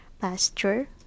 pasture